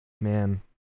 man